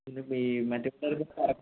ഈ